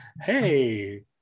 hey